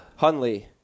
Hunley